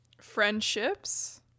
Friendships